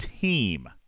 team